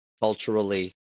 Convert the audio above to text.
culturally